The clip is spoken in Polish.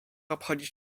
obchodzić